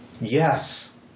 Yes